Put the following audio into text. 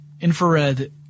infrared